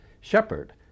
Shepard